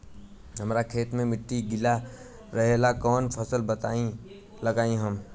हमरा खेत के मिट्टी गीला रहेला कवन फसल लगाई हम?